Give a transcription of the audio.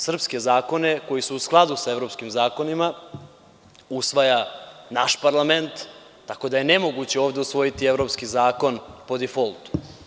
Srpske zakone koji su u skladu sa evropskim zakonima usvaja naš parlament, tako da je nemoguće ovde usvojiti evropski zakon po difoltu.